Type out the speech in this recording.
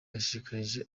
yashishikarije